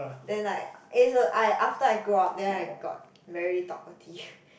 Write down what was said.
then like I after I grow up then I got very talkative